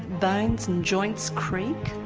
bones and joints creak.